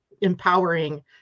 empowering